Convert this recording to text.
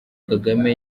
kagame